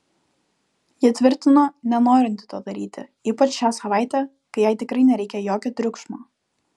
ji tvirtino nenorinti to daryti ypač šią savaitę kai jai tikrai nereikia jokio triukšmo